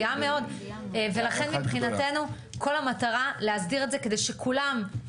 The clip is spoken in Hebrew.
גאה מאוד ולכן מבחינתנו כל המטרה להסדיר את זה כדי שכולם